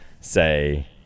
say